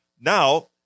Now